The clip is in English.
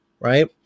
Right